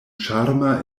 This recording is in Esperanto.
ĉarma